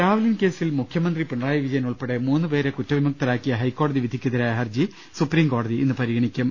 Lavalin കേസിൽ മുഖൃമന്ത്രി പിണറായി വിജയൻ ഉൾപ്പെടെ മൂന്നുപേരെ കുറ്റവിമുക്തരാക്കിയ ഹൈക്കോടതി വിധിക്കെതിരായ ഹർജി സുപ്രീംകോടതി ഇന്ന് പരിഗണിക്കും